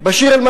באשיר.